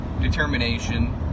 determination